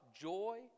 joy